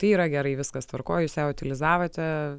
tai yra gerai viskas tvarkoj jūs ją utilizavote